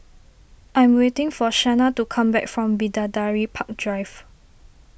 I'm waiting for Shana to come back from Bidadari Park Drive